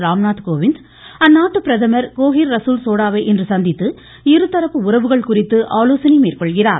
ராம்நாத் கோவிந்த் அந்நாட்டு பிரதமர் கோகிர் ரசூல் ஸாடாவை இன்று சந்தித்து இருதரப்பு உறவுகள் குறித்து ஆலோசனை மேற்கொள்கிறார்